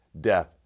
death